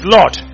Lord